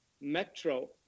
Metro